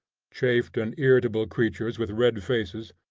chafed and irritable creatures with red faces,